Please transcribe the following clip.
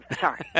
Sorry